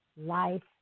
Life